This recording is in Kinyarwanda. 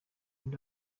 nde